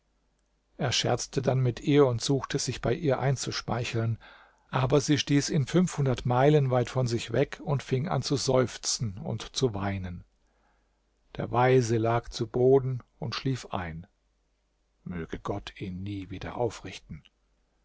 er scherzte dann mit ihr und suchte sich bei ihr einzuschmeicheln aber sie stieß ihn fünfhundert meilen weit von sich weg und fing an zu seufzen und zu weinen der weise lag zu boden und schlief ein möge gott ihn nie wieder aufrichten